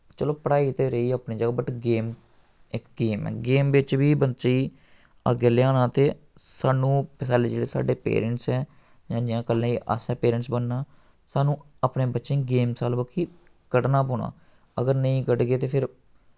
चलो पढ़ाई ते रेही अपनी ज'गा बट गेम इक गेम ऐ गेम बिच्च बी बच्चे गी अग्गें लेआना ते सानू पैह्लें जेह्ड़े साढे पेरैंट्स ऐं जां जां कल्लै गी असें पेरैंट्स बनना सानू अपने बच्चें ई गेम्स आह्ली बक्खी कड्ढना पौना अगर नेईं कढगे ते फिर